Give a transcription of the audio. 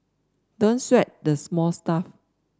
don't sweat the small stuff